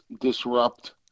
disrupt